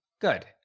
good